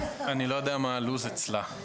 אני לא יודע מה הלו"ז אצלה.